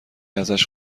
ازش